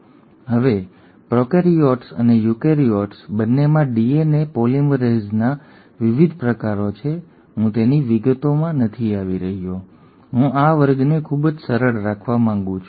હવે પ્રોકેરીયોટ્સ અને યુકેરીયોટ્સ બંનેમાં ડીએનએ પોલિમરેઝના વિવિધ પ્રકારો છે હું તેની વિગતોમાં નથી આવી રહ્યો હું આ વર્ગને ખૂબ જ સરળ રાખવા માંગુ છું